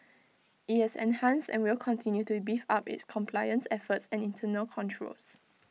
IT has enhanced and will continue to beef up its compliance efforts and internal controls